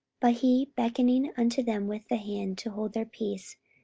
but he, beckoning unto them with the hand to hold their peace,